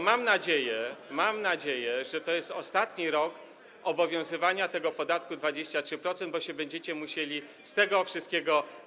Mam nadzieję - mam nadzieję - że to jest ostatni rok obowiązywania tego podatku 23%, bo będziecie się musieli wytłumaczyć z tego wszystkiego.